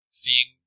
seeing